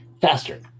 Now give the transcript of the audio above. Faster